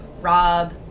Rob